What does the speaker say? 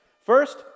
First